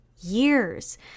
years